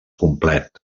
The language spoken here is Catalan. complet